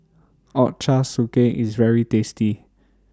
Ochazuke IS very tasty